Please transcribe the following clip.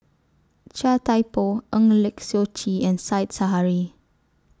Chia Thye Poh Eng Lee Seok Chee and Said Zahari